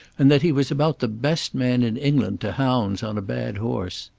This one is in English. and that he was about the best man in england to hounds on a bad horse.